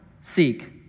seek